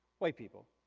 white people.